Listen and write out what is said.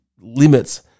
limits